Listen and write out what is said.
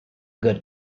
good